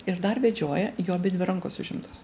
ir dar vedžioja jo abidvi rankos užimtos